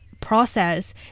process